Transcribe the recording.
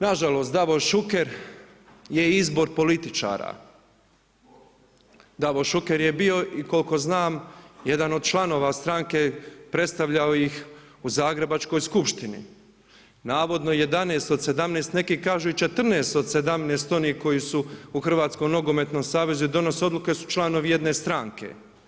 Nažalost Davor Šuker je izbor političara, Davor Šuker je bio koliko znam jedan od članova stranke, predstavljao ih u Zagrebačkoj skupštini, navodno 11 od 17, neki kažu i 14 od 17 onih koji su u HNS-u i donose odluke su članovi jedne stranke.